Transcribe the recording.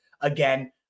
again